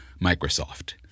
Microsoft